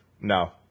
No